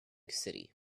city